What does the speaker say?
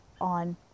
on